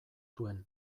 duen